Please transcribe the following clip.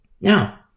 Now